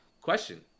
question